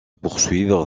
poursuivre